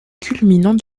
culminant